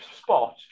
spot